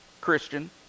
Christian